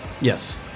Yes